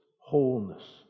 wholeness